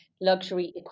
luxury